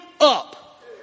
up